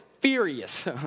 furious